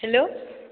hello